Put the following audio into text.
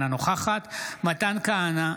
אינה נוכחת מתן כהנא,